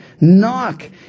Knock